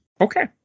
Okay